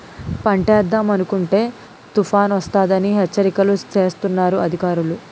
పంటేద్దామనుకుంటే తుపానొస్తదని హెచ్చరికలు సేస్తన్నారు అధికారులు